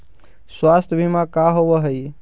स्वास्थ्य बीमा का होव हइ?